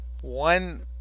one